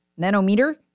nanometer